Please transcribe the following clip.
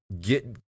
get